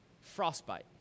Frostbite